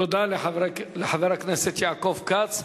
תודה לחבר הכנסת יעקב כץ.